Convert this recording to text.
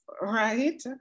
right